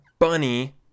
bunny